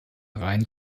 rhein